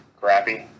crappy